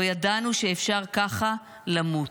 לא ידענו שאפשר ככה למות.